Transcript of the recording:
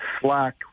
slack